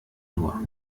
nur